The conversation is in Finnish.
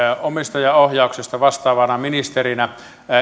omistajaohjauksesta vastaavana ministerinä